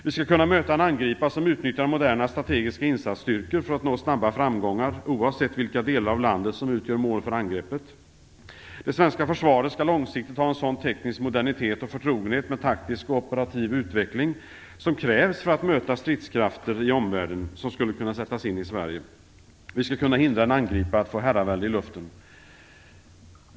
Vi skall kunna möta en angripare som utnyttjar moderna strategiska insatsstyrkor för att nå snabba framgångar, oavsett vilka delar av landet som utgör mål för angreppet. Det svenska försvaret skall långsiktigt ha en sådan teknisk modernitet och förtrogenhet med taktisk och operativ utveckling som krävs för att möta stridskrafter i omvärlden som skulle kunna sättas in i Sverige. Vi skall kunna hindra en angripare att få herravälde i luften.